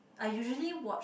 I usually watch